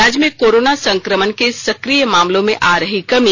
राज्य में कोरोना संक्रमण के सकिय मामलों में आ रही कमी